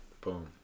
Boom